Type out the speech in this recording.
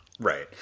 Right